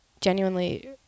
genuinely